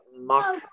mock